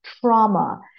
trauma